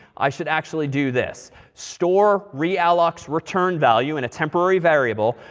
i should actually do this store realloc's return value in a temporary variable.